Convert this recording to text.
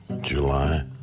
July